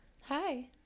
Hi